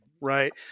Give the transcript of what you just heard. right